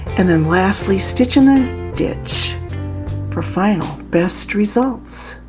and then lastly stitch in the ditch for final best results.